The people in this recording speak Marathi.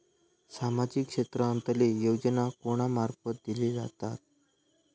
सामाजिक क्षेत्रांतले योजना कोणा मार्फत दिले जातत?